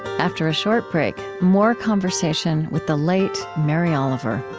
after a short break, more conversation with the late mary oliver.